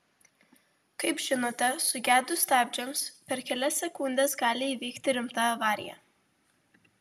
kaip žinote sugedus stabdžiams per kelias sekundes gali įvykti rimta avarija